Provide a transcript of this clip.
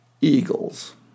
eagles